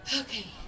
Okay